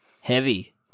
Heavy